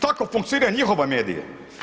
Tako funkcioniraju njihovi mediji.